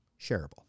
shareable